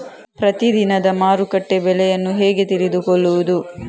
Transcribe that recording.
ಪ್ರತಿದಿನದ ಮಾರುಕಟ್ಟೆ ಬೆಲೆಯನ್ನು ಹೇಗೆ ತಿಳಿದುಕೊಳ್ಳುವುದು?